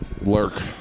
lurk